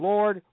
Lord